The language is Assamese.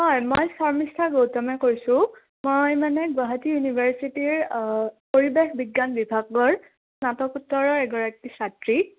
হয় মই শৰ্মিষ্ঠা গৌতমে কৈছোঁ মই মানে গুৱাহাটী ইউনিভাৰ্ছিটিৰ পৰিৱেশ বিজ্ঞান বিভাগৰ স্নাতকোত্তৰৰ এগৰাকী ছাত্ৰী